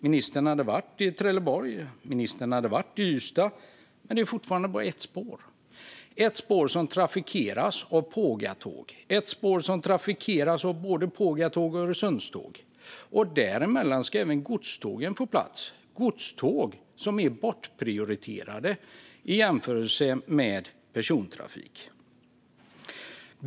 Ministern sa att han hade varit i Trelleborg och Ystad, men där är det fortfarande bara ett spår - ett spår som trafikeras av både Pågatåget och Öresundståg. Där ska även godstågen få plats. Godståg är bortprioriterade i jämförelse med persontrafiken.